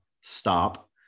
stop